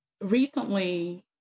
recently